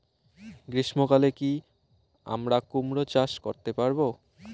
গ্রীষ্ম কালে কি আমরা কুমরো চাষ করতে পারবো?